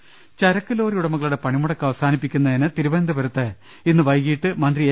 ങ്ങ ൽ ചരക്ക് ലോറി ഉടമകളുടെ പണിമുടക്ക് അവസാനിപ്പിക്കുന്നതിന് തിരു വനന്തപുരത്ത് ഇന്ന് വൈകീട്ട് മന്ത്രി എ